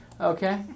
Okay